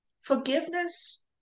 forgiveness